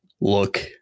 look